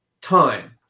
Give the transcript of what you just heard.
time